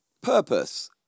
purpose